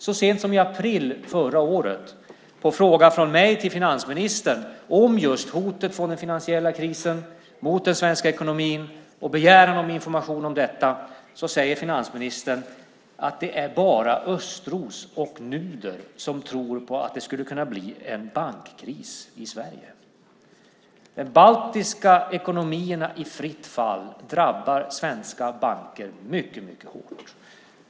Så sent som i april förra året, på en begäran från mig till finansministern om information om just hotet från den finansiella krisen mot den svenska ekonomin, sade finansministern: Det är bara Östros och Nuder som tror på att det skulle kunna bli en bankkris i Sverige. De baltiska ekonomierna i fritt fall drabbar svenska banker mycket hårt.